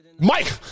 Mike